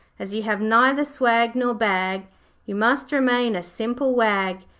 as you have neither swag nor bag you must remain a simple wag,